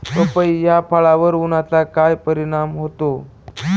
पपई या फळावर उन्हाचा काय परिणाम होतो?